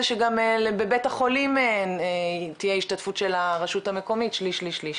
זה שגם בבית החולים תהיה השתתפות של הרשות המקומית שליש/שליש/שליש,